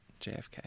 JFK